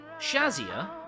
Shazia